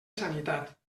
sanitat